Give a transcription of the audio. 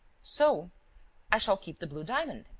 so i shall keep the blue diamond.